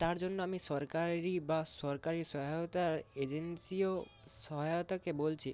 তার জন্য আমি সরকারি বা সরকারি সহায়তা এজেন্সিও সহায়তাকে বলছি